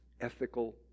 ethical